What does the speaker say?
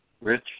rich